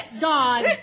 God